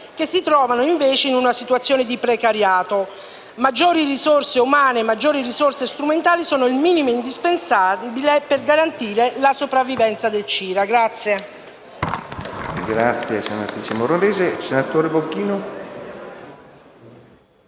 che si trovano invece in una situazione di precariato. Maggiori risorse umane e maggiori risorse strumentali sono il minimo indispensabile per garantire la sopravvivenza del CIRA.